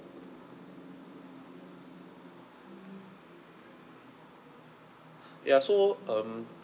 ya so um